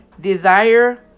Desire